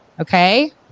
okay